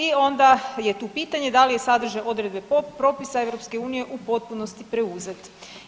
I onda je tu pitanje da li je sadržaj odredbe propisa EU u potpunosti preuzet.